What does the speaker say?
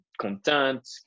content